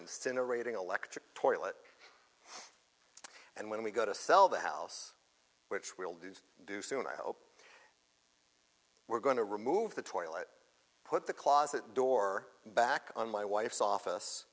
instant a rating electric toilet and when we go to sell the house which we'll do to do soon i hope we're going to remove the toilet put the closet door back on my wife's office